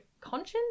conscience